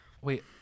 wait